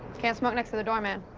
can't smoke next to the door, man.